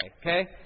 Okay